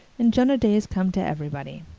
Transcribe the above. and jonah days come to everybody.